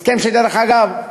הסכם, שדרך אגב,